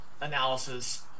analysis